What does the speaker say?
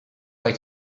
way